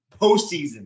postseason